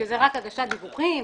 שזה רק הגשת דיווחים.